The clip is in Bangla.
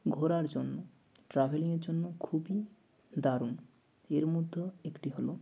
ঘোরার জন্য ট্রাভেলিংয়ের জন্য খুবই দারুণ এর মধ্যে একটি হলো